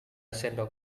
sendok